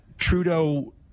Trudeau